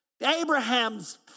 abraham's